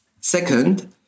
Second